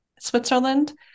Switzerland